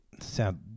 sound